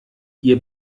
ihr